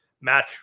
match